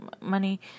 money